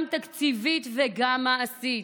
גם תקציבית וגם מעשית.